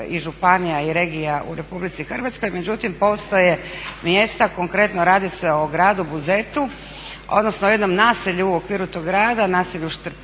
i županija i regija u Republici Hrvatskoj, međutim postoje mjesta, konkretno radi se o gradu Buzetu odnosno o jednom naselju u okviru tog grada, naselju Štrpet